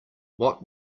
what